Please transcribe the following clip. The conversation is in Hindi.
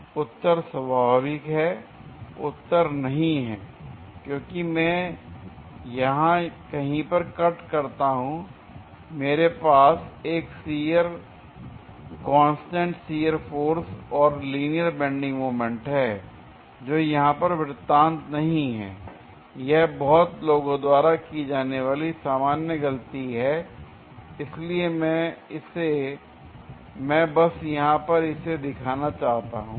उत्तर स्वाभाविक है उत्तर नहीं है l क्योंकि यदि मैं यहां कहीं पर कट करता हूं मेरे पास एक कांस्टेंट शियर फोर्स और लीनियर बेंडिंग मोमेंट है जो यहां पर वृत्तांत नहीं है l यह बहुत लोगों द्वारा की जाने वाली सामान्य गलती है l इसलिए मैं बस यहां पर इसे दिखाना चाहता हूं l